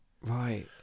Right